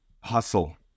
hustle